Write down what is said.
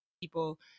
people